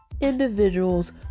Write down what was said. individuals